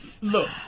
Look